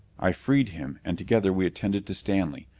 i freed him and together we attended to stanley,